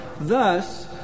Thus